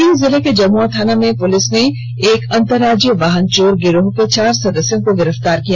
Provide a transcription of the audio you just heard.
गिरिडीह जिले की जमुआ थाना की पुलिस ने एक अंतरराजीय वाहन चोर गिरोह के चार सदस्यों को गिरफ्तार किया है